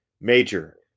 major